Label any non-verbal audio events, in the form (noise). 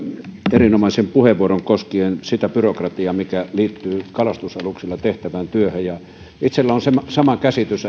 erinomaisen puheenvuoron koskien sitä byrokratiaa mikä liittyy kalastusaluksilla tehtävään työhön itselläni on sama käsitys (unintelligible)